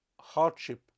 hardship